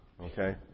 Okay